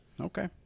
Okay